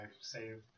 save